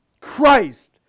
Christ